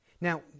Now